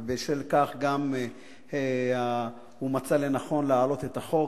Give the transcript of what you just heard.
ובשל כך גם הוא מצא לנכון להעלות את החוק,